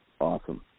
Awesome